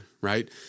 right